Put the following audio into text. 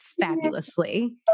fabulously